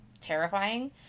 terrifying